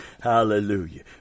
Hallelujah